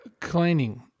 cleaning